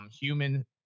human